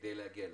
כדי להגיע לזה.